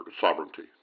sovereignty